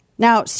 Now